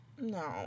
no